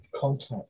contact